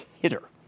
hitter